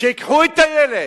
שייקחו את הילד,